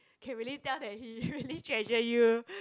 can really tell that he really treasure you